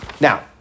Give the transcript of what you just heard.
Now